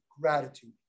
gratitude